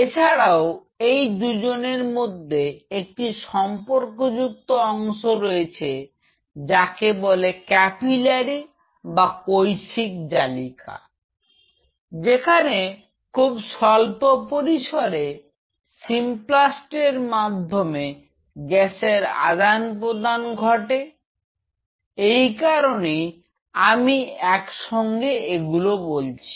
এছাড়াও এই দুজনের মধ্যে একটি সম্পর্কযুক্ত অংশ রয়েছে যাকে বলে ক্যাপিলারি বা কৈশিক জালিকা যেখানে খুব স্বল্প পরিসরে সিমপ্লাস্ট মাধ্যমে গ্যাসের আদান প্রদান ঘটে এই কারণে আমি একসঙ্গে এগুলোকে বলছি